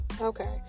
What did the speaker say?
Okay